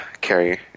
carry